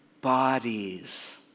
bodies